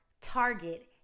Target